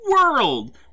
world